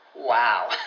Wow